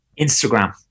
instagram